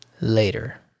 later